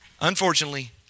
Unfortunately